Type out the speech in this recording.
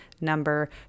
number